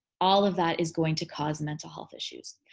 all of that is going to cause mental health issues.